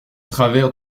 travers